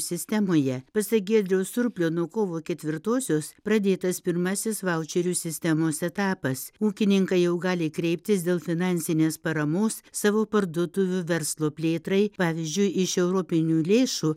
sistemoje pasak giedriaus surplio nuo kovo ketvirtosios pradėtas pirmasis vaučerių sistemos etapas ūkininkai jau gali kreiptis dėl finansinės paramos savo parduotuvių verslo plėtrai pavyzdžiui iš europinių lėšų